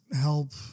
help